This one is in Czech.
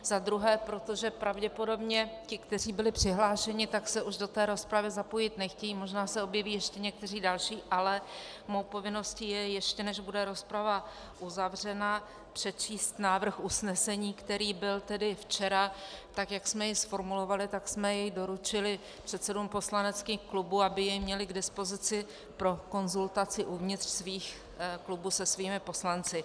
Za druhé, protože pravděpodobně ti, kteří byli přihlášeni, se už do rozpravy zapojit nechtějí, možná se objeví ještě někteří další, ale mou povinností je, ještě než bude rozprava uzavřena, přečíst návrh usnesení, který byl včera, tak jak jsme jej zformulovali, tak jsme jej doručili předsedům poslaneckých klubů, aby jej měli k dispozici pro konzultaci uvnitř svých klubů se svými poslanci.